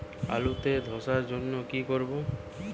আলুতে ধসার জন্য কি করব?